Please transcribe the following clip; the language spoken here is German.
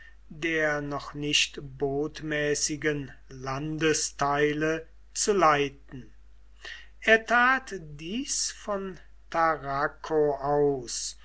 der noch nicht botmäßigen landesteile zu leiten er tat dies von tarraco aus